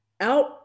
Out